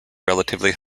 relatively